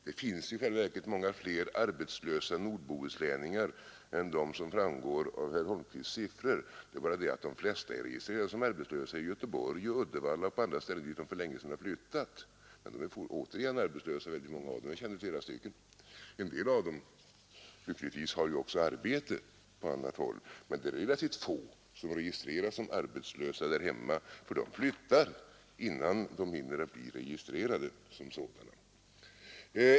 Det finns i själva verket många fler arbetslösa nordbohuslänningar än vad som framgår av herr Holmqvists siffror. Det är bara det att de flesta är registrerade som arbetslösa i Göteborg och Uddevalla och på andra ställen, dit de för länge sedan har flyttat. Många av dem är återigen arbetslösa, jag känner flera. En del av dem har lyckligtvis också arbete på annat håll, men det är relativt få som är registrerade som arbetslösa där hemma, därför att de flyttar innan de hinner bli registrerade som sådana.